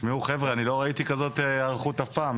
תשמעו חבר'ה, אני לא ראיתי כזו היערכות אף פעם.